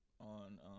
on